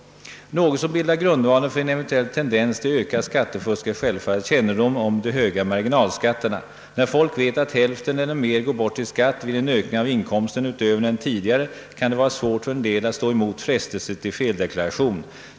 Något som bildar grundvalen för en eventuell tendens till ökat skattefusk är självfallet kännedomen om de höga marginalskatterna. När folk vet att hälften eller mer går bort i skatt vid en ökning av inkomsten utöver den tidigare, kan det vara svårt för en del att stå emot frestelser till feldeklaration.